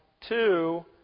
Two